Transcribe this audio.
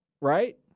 Right